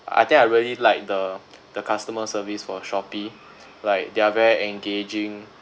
I think I really like the the customer service for Shopee like they are very engaging